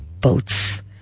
boats